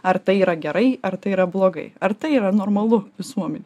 ar tai yra gerai ar tai yra blogai ar tai yra normalu visuomenėj